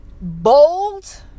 bold